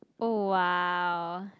oh !wow!